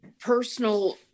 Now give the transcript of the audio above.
personal